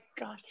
god